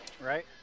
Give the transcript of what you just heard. right